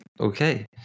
Okay